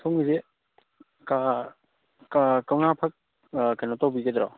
ꯁꯣꯝꯒꯤꯁꯦ ꯀꯧꯅꯥ ꯐꯛ ꯀꯩꯅꯣ ꯇꯧꯕꯤꯒꯗ꯭ꯔꯣ